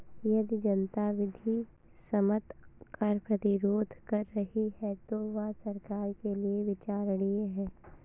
यदि जनता विधि सम्मत कर प्रतिरोध कर रही है तो वह सरकार के लिये विचारणीय है